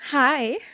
Hi